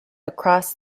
across